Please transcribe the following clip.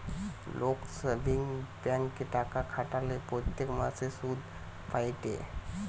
লোক সেভিংস ব্যাঙ্কে টাকা খাটালে প্রত্যেক মাসে সুধ পায়েটে